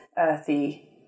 Earthy